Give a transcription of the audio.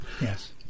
Yes